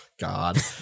God